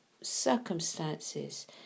circumstances